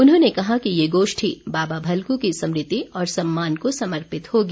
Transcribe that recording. उन्होंने कहा कि ये गोष्ठी बाबा भलकु की स्मृति और सम्मान को समर्पित होगी